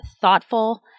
thoughtful